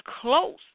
close